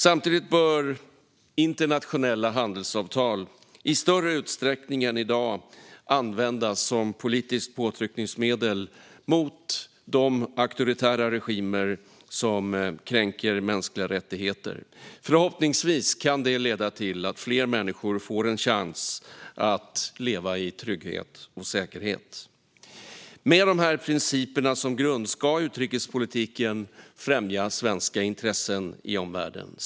Samtidigt bör internationella handelsavtal i större utsträckning än i dag användas som politiskt påtryckningsmedel mot de auktoritära regimer som kränker mänskliga rättigheter. Förhoppningsvis kan det leda till att fler människor får en chans att leva i trygghet och säkerhet. Med de här principerna som grund ska utrikespolitiken främja svenska intressen i omvärlden.